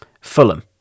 fulham